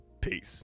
Peace